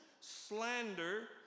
slander